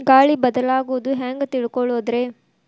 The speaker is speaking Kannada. ಗಾಳಿ ಬದಲಾಗೊದು ಹ್ಯಾಂಗ್ ತಿಳ್ಕೋಳೊದ್ರೇ?